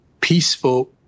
peaceful